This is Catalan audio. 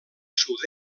sud